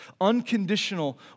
unconditional